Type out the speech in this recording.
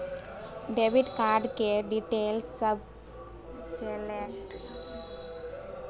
debit card केर detail select कए debit card केर सबटा डिटेल दियौ